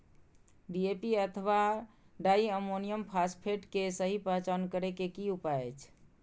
DAP अथवा diammonium phosphate के सहि पहचान करे के कि उपाय अछि?